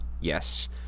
Yes